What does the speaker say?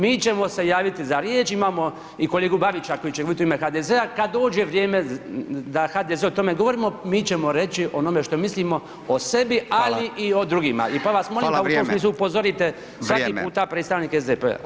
Mi ćemo se javiti za riječ, imamo i kolegu Babića koji će govoriti u ime HDZ-a kada dođe vrijeme da HDZ o tome govorimo, mi ćemo reći o onom što mislimo o sebi ali i o drugima pa vas molim [[Upadica Radin: Hvala vrijeme.]] da u tom smislu pozovite svaki puta predstavnika SDP-a.